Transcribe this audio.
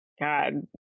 God